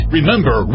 Remember